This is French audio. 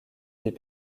des